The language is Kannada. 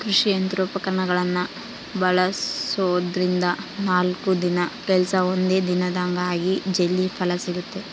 ಕೃಷಿ ಯಂತ್ರೋಪಕರಣಗಳನ್ನ ಬಳಸೋದ್ರಿಂದ ನಾಲ್ಕು ದಿನದ ಕೆಲ್ಸ ಒಂದೇ ದಿನದಾಗ ಆಗಿ ಜಲ್ದಿ ಫಲ ಸಿಗುತ್ತೆ